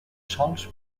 sols